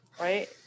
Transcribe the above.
right